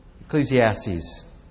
Ecclesiastes